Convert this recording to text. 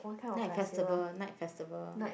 night festival night festival